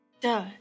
Duh